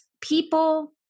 people